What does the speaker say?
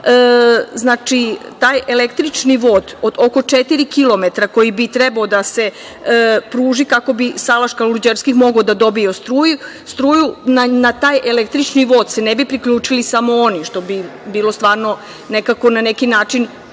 itd. Taj električni vod oko četiri kilometra koji bi trebao da se pruži, kako bi salaš Kaluđerski mogao da dobije struju. Na taj električni vode se ne bi priključili samo oni, što bi bilo stvarno nekako na neki način